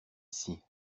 ici